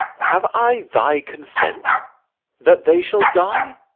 have i thy consent that they shall die?